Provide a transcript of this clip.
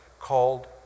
called